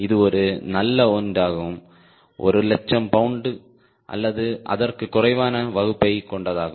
இது ஒரு நல்ல ஒன்றாகும் ஒரு லட்சம் பவுண்டு அல்லது அதற்கும் குறைவான வகுப்பைக் கொண்டதாகும்